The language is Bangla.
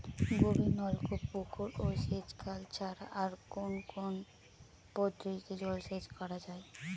গভীরনলকূপ পুকুর ও সেচখাল ছাড়া আর কোন কোন পদ্ধতিতে জলসেচ করা যায়?